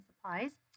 Supplies